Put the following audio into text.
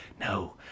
No